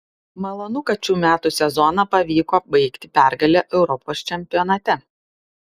malonu kad šių metų sezoną pavyko baigti pergale europos čempionate